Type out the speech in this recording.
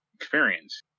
experience